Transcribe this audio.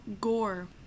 gore